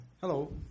Hello